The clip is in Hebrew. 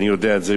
אני יודע את זה,